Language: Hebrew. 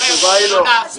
התשובה היא לא.